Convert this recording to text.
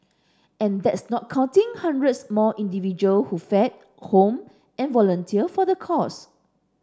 and that's not counting hundreds more individual who feed home and volunteer for the cause